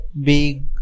big